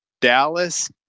Dallas